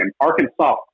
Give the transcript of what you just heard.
Arkansas